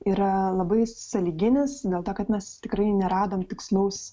yra labai sąlyginis dėl to kad mes tikrai neradom tikslaus